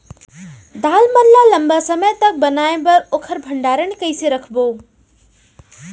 दाल मन ल लम्बा समय तक बनाये बर ओखर भण्डारण कइसे रखबो?